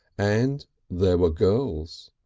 and there were girls.